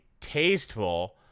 tasteful